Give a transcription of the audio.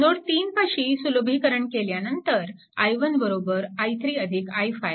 node 3 पाशी सुलभीकरण केल्यानंतर i1 i3 i5